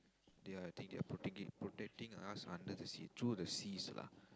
there are I think they are protecting protecting us under the sea through the seas lah